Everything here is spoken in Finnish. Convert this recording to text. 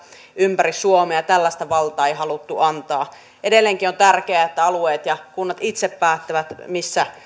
ympäri suomea tällaista valtaa ei haluttu antaa edelleenkin on tärkeää että alueet ja kunnat itse päättävät missä